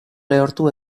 lehortu